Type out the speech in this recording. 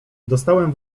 dostałem